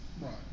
Right